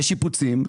לשיפוצים,